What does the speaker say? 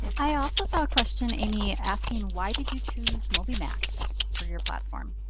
i also saw a question amy asking why did you choose mobymax for your platform?